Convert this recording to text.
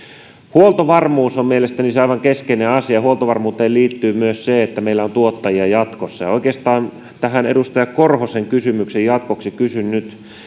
huoltovarmuus on mielestäni se aivan keskeinen asia huoltovarmuuteen liittyy myös se että meillä on tuottajia jatkossa oikeastaan edustaja korhosen kysymyksen jatkoksi kysyn nyt